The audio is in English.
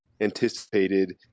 anticipated